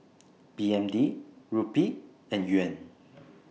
B N D Rupee and Yuan